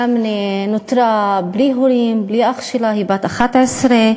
אמני נותרה בלי הורים, בלי האח שלה, היא בת 11,